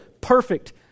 perfect